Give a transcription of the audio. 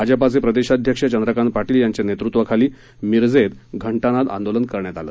भाजपा प्रदेशाध्यक्ष चंद्रकांत पाटील यांच्या नेतृत्वाखाली मिरजेत घंटानाद आंदोलन करण्यात आलं